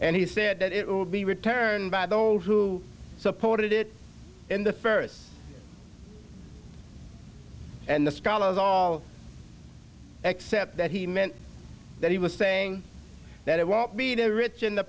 and he said that it will be returned by those who supported it in the first and the scholars all except that he meant that he was saying that it won't be the rich